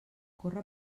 corre